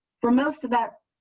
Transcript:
for most of that.